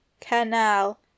Canal